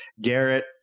Garrett